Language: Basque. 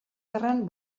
gerran